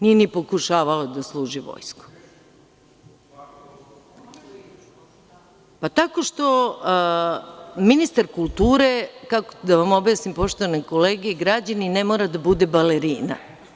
Nije ni pokušavao da služi vojsku. (Narodni poslanici dobacuju: Kako? ) Tako što ministar kulture, kako da vam objasnim poštovane kolege i građani, ne mora da bude balerina.